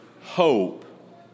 hope